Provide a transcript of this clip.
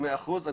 מאה אחוז.